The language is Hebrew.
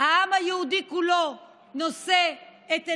העם היהודי כולו נושא את עיניו.